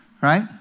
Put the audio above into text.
Right